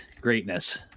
greatness